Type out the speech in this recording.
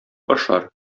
ашар